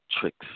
tricks